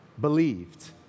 believed